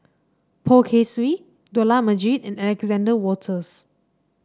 Poh Kay Swee Dollah Majid and Alexander Wolters